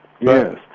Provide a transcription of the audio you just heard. Yes